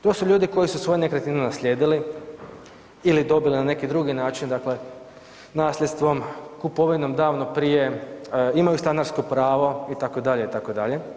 To su ljudi koji su svoju nekretninu naslijedili ili dobili na neki drugi način dakle, nasljedstvom, kupovinom davno prije, imaju stanarsko pravo itd., itd.